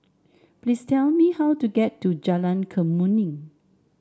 please tell me how to get to Jalan Kemuning